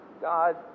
God